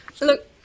Look